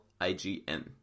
IGN